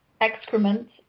excrement